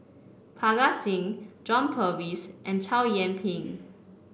Parga Singh John Purvis and Chow Yian Ping